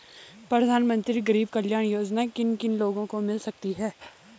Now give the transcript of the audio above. प्रधानमंत्री गरीब कल्याण योजना किन किन लोगों को मिल सकती है?